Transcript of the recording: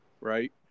right